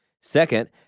second